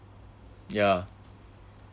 ya